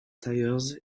tires